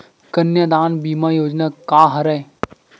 कन्यादान बीमा योजना का हरय?